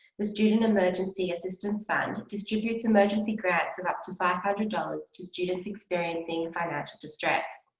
the student emergency assistance fund distributes emergency grants of up to five hundred dollars to students experiencing financial distress.